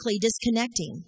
disconnecting